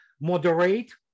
moderate